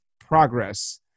progress